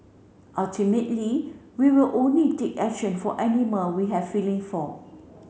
ultimately we will only take action for animal we have feeling for